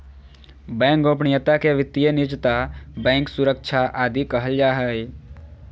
bank गोपनीयता के वित्तीय निजता, बैंक सुरक्षा आदि कहल जा हइ